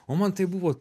o man tai buvo